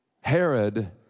Herod